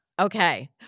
Okay